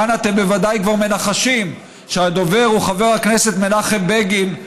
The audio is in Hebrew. כאן אתם ודאי כבר מנחשים שהדובר הוא חבר הכנסת מנחם בגין,